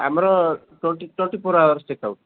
ଆମର twenty four hours check out